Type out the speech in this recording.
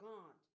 God